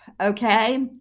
okay